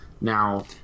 Now